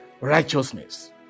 Righteousness